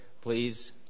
Please